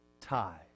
tie